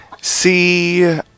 See